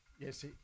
Yes